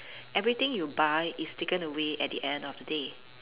everything you buy is taken away at the end of the day